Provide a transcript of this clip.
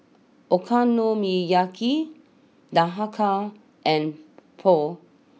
Okonomiyaki Dhokla and Pho